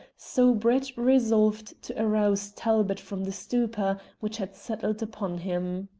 so brett resolved to arouse talbot from the stupor which had settled upon him.